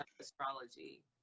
astrology